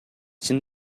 чын